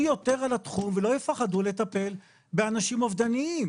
יותר על התחום ולא יפחדו לטפל באנשים אובדניים,